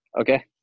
okay